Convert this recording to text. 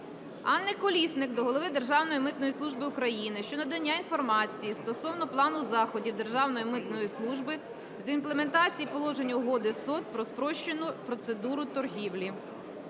Анни Колісник до голови Державної митної служби України щодо надання інформації стосовно плану заходів Державної митної служби з імплементації положень Угоди СОТ про спрощену процедуру торгівлі.